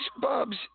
Bubs